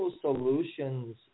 solutions